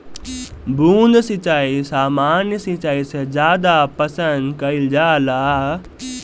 बूंद सिंचाई सामान्य सिंचाई से ज्यादा पसंद कईल जाला